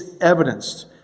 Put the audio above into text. evidenced